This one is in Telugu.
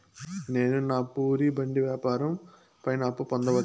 నేను పానీ పూరి బండి వ్యాపారం పైన అప్పు పొందవచ్చా?